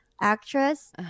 actress